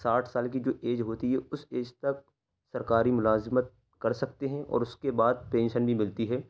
ساٹھ سال کی جو ایج ہوتی ہے اس ایج تک سرکاری ملازمت کر سکتے ہیں اور اس کے بعد پینشن بھی ملتی ہے